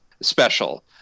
special